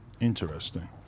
Interesting